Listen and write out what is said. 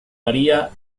haría